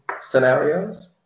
scenarios